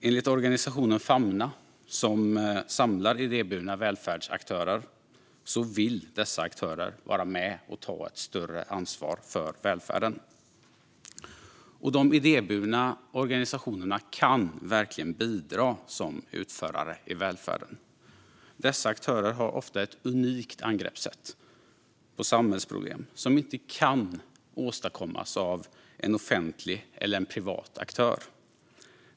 Enligt organisationen Famna, som samlar idéburna välfärdsaktörer, vill dessa aktörer vara med och ta ett större ansvar för välfärden. De idéburna organisationerna kan verkligen bidra som utförare i välfärden. Dessa aktörer har ofta ett unikt angreppssätt på samhällsproblem, som inte kan åstadkommas av en offentlig eller privat aktör.